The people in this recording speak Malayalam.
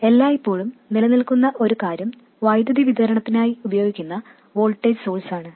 എല്ലായ്പ്പോഴും നിലനിൽക്കുന്ന ഒരു കാര്യം വൈദ്യുതി വിതരണത്തിനായി ഉപയോഗിക്കുന്ന വോൾട്ടേജ് സോഴ്സ് ആണ്